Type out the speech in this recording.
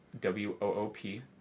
W-O-O-P